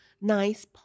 nice